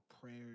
prayers